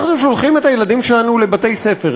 אנחנו שולחים את הילדים שלנו לבתי-ספר,